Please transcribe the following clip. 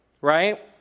Right